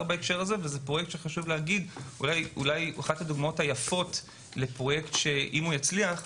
וזה אחד הדוגמאות היפות שאם הפרויקט יצליח,